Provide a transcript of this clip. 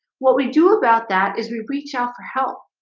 what we do about that is we reach out for help.